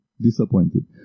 Disappointed